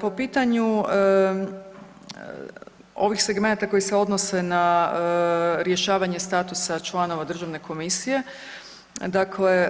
Po pitanju ovih segmenata koji se odnose na rješavanje statusa članova Državne komisije, dakle